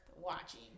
watching